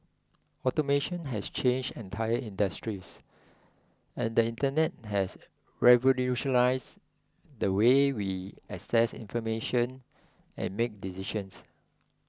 automation has changed entire industries and the Internet has revolutionised the way we access information and make decisions